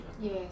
Yes